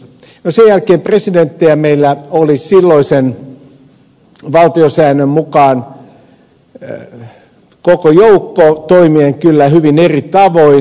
sen jälkeen presidenttejä meillä oli silloisen valtiosäännön mukaan koko joukko toimien kyllä hyvin eri tavoin